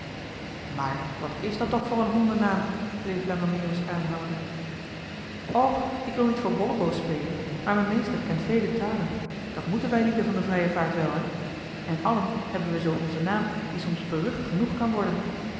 maar wat is dat toch voor een hondennaam bleef lange meeuwis aanhouden joh h been paddeltje de scheepsjongen van michiel de ruijter och ik wil niet voor bolleboos spelen maar m'n meester kent vele talen dat moeten wij lieden van de vrije vaart wel hê en allen hebben we zoo onzen naam die soms berucht genoeg kan worden